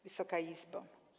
Wysoka Izbo!